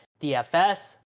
DFS